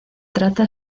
trata